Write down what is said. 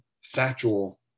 factual